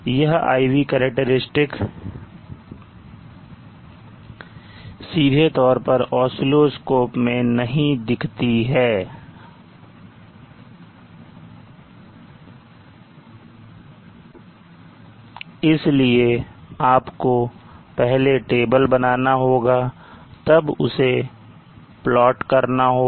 यह IV characteristic सीधे तौर पर oscilloscope में नहीं दिखती है इसलिए आपको पहले टेबल बनाना होगा तब उसे प्लॉट करना होगा